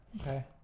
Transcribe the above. Okay